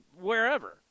wherever